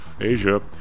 Asia